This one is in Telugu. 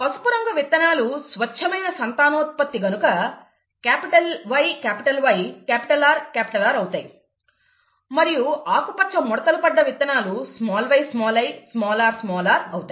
పసుపు రంగు విత్తనాలు స్వచ్ఛమైన సంతానోత్పత్తి గనుక YYRR అవుతాయి మరియు ఆకుపచ్చ ముడతలు పడ్డ విత్తనాలు yyrr అవుతాయి